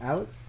Alex